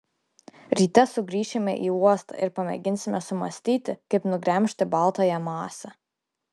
ryte sugrįšime į uostą ir pamėginsime sumąstyti kaip nugremžti baltąją masę